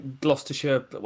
Gloucestershire